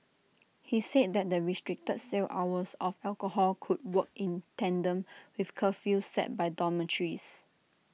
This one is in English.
he said that the restricted sale hours of alcohol could work in tandem with curfews set by dormitories